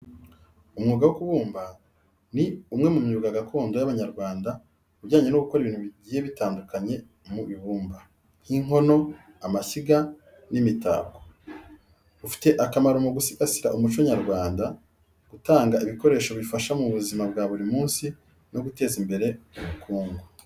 Umwuga wo kubumba ni umwe mu myuga gakondo y’Abanyarwanda ujyanye no gukora ibintu bigiye bitandukanye mu ibumba, nk’inkono, amashyiga, n’imitako. Ufite akamaro mu gusigasira umuco nyarwanda, gutanga ibikoresho bifasha mu buzima bwa buri munsi, no guteza imbere ubukungu.